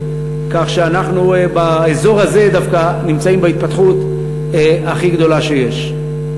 כך שאנחנו באזור הזה דווקא נמצאים בהתפתחות הכי גדולה שיש.